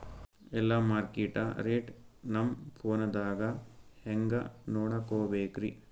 ಎಲ್ಲಾ ಮಾರ್ಕಿಟ ರೇಟ್ ನಮ್ ಫೋನದಾಗ ಹೆಂಗ ನೋಡಕೋಬೇಕ್ರಿ?